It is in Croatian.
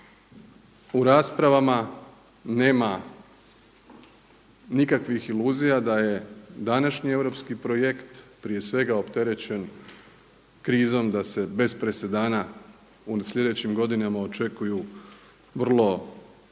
U raspravama nema nikakvih iluzija da je današnji europski projekt prije svega opterećen krizom da se bez presedana u sljedećim godinama očekuju vrlo neobični,